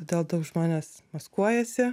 todėl daug žmonės maskuojasi